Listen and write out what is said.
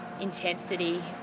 intensity